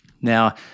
Now